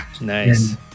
Nice